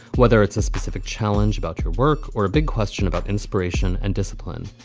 whether it's a specific challenge about your work or a big question about inspiration and discipline.